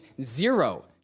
zero